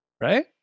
Right